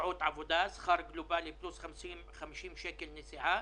שעות עבודה, שזה שכר גלובאלי פלוס 50 שקל לנסיעה,